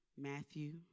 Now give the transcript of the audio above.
Matthew